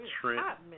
Trent